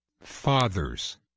fathers